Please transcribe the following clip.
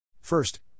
First